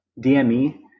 DME